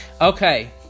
okay